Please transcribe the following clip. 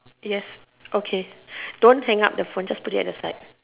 yes okay don't hang up the phone just put it at the side